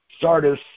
Sardis